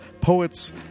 poets